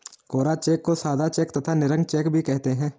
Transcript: कोरा cheque को सादा cheque तथा निरंक चेक भी कहते हैं